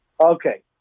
Okay